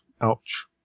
Ouch